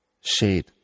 shade